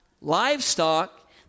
livestock